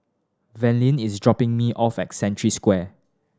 Verlyn is dropping me off at Century Square